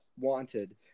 wanted